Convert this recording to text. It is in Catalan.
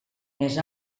més